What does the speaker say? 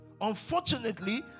unfortunately